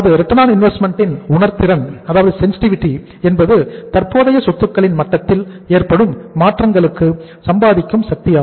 ROI இன் உணர்திறன் என்பது தற்போதைய சொத்துக்களின் மட்டத்தில் ஏற்படும் மாற்றங்களுக்கு சம்பாதிக்கும் சக்தியாகும்